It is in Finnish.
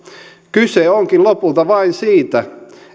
kyse onkin lopulta vain siitä